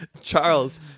charles